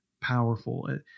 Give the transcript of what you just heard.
powerful